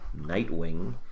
Nightwing